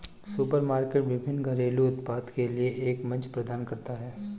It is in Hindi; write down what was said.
सुपरमार्केट विभिन्न घरेलू उत्पादों के लिए एक मंच प्रदान करता है